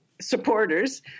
supporters